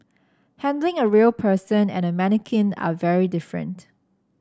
handling a real person and a mannequin are very different